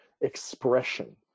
expression